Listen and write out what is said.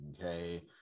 Okay